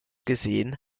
gesehen